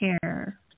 care